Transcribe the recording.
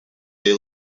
they